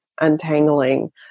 untangling